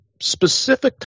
specific